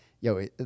yo